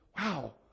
wow